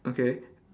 okay